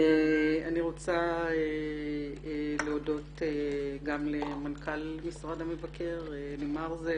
אני רוצה להודות גם למנכ"ל משרד המבקר אלי מרזל,